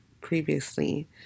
previously